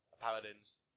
paladins